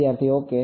વિદ્યાર્થી ઓકે